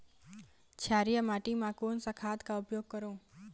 क्षारीय माटी मा कोन सा खाद का उपयोग करों?